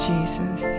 Jesus